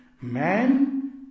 man